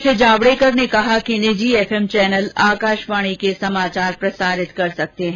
श्री जावड़ेकर ने कहा कि निजी एफएम चैनल आकाशवाणी के समाचार प्रसारित कर सकते हैं